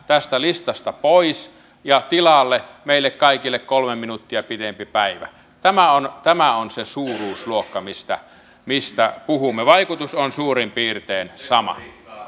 tästä listasta pois ja tilalle meille kaikille kolme minuuttia pidempi päivä tämä on tämä on se suuruusluokka mistä mistä puhumme vaikutus on suurin piirtein sama